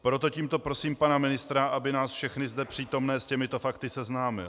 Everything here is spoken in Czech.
Proto tímto prosím pana ministra, aby nás všechny zde přítomné s těmito fakty seznámil.